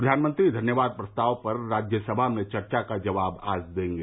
प्रधानमंत्री धन्यवाद प्रस्ताव पर राज्यसभा में चर्चा का आज जवाब देंगे